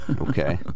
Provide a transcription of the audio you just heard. Okay